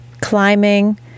climbing